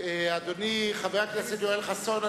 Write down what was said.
אדוני חבר הכנסת יואל חסון,